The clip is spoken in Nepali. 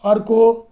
अर्को